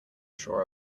shore